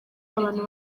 abantu